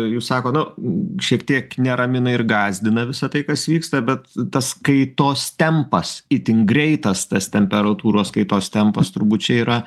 jūs sakot nu šiek tiek neramina ir gąsdina visa tai kas vyksta bet tas kaitos tempas itin greitas tas temperatūros kaitos tempas turbūt čia yra